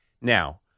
Now